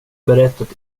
berättat